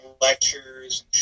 lectures